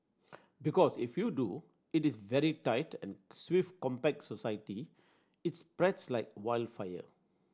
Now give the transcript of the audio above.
because if you do it is very tight and swift compact society it's spreads like wild fire